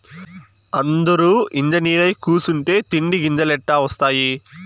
అందురూ ఇంజనీరై కూసుంటే తిండి గింజలెట్టా ఒస్తాయి